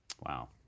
Wow